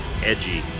edgy